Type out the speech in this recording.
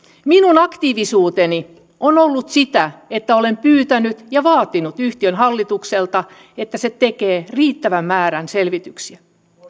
minun aktiivisuuteni on ollut sitä että olen pyytänyt ja vaatinut yhtiön hallitukselta että se tekee riittävän määrän selvityksiä